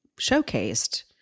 showcased